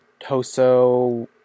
Toso